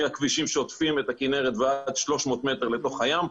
מהכבישים שעוטפים את הכנרת ועד 300 מטר לתוך היום,